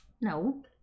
No